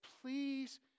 Please